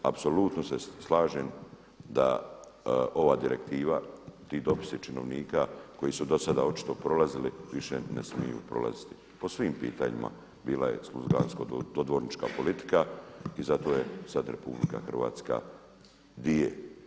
Apsolutno se slažem da ova direktiva, ti dopisi činovnika koji su dosada očito prolazili više ne smiju prolaziti po svim pitanjima bilo slugansko dodvornička politika i zato je sad RH di je.